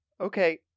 Okay